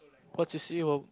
what J_C your